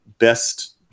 Best